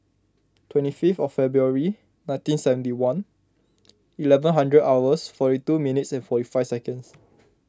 twenty fifth of February nineteen seventy one eleven hundred hours forty two minutes and forty five seconds